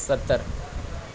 सतरि